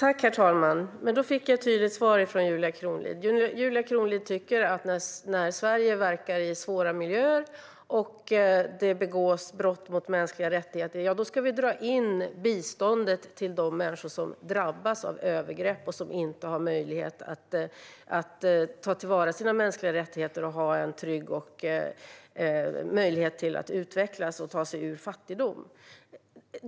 Herr talman! Då fick jag ett tydligt svar från Julia Kronlid. Julia Kronlid tycker: När Sverige verkar i svåra miljöer och det begås brott mot mänskliga rättigheter ska vi dra in biståndet till de människor som drabbas av övergrepp och som inte har möjlighet att ta till vara sina mänskliga rättigheter och möjlighet att utvecklas och ta sig ur fattigdom.